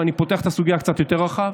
ואני פותח את הסוגיה קצת יותר רחב,